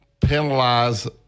penalize